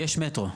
יש מטרו.